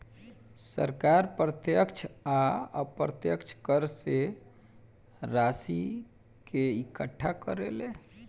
सरकार प्रत्यक्ष आ अप्रत्यक्ष कर से राशि के इकट्ठा करेले